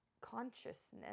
consciousness